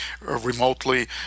remotely